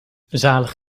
zalig